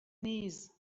knees